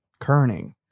Kerning